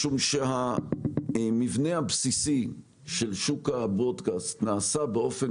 משום שהמבנה הבסיסי של שוק הברודקסט נעשה באופן